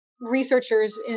researchers